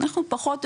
אנחנו פחות,